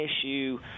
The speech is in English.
issue